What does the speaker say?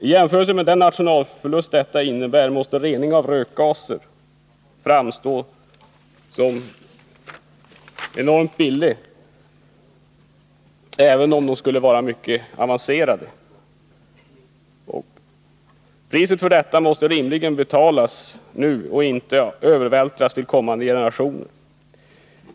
I jämförelse med den nationalförlust detta innebär måste rening av rökgaser framstå som enormt billig, även om det skulle röra sig om en mycket avancerad rening. Priset härför måste rimligen betalas nu och inte övervältras på kommande generationer.